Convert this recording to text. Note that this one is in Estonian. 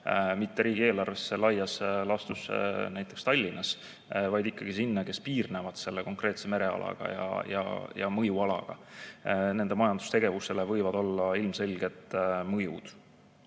mitte riigieelarve alusel laias laastus näiteks Tallinnasse, vaid ikkagi sinna, mis piirneb selle konkreetse mereala ja mõjualaga. Sealsele majandustegevusele võivad olla ilmselged mõjud.